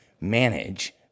manage